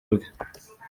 bwe